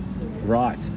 right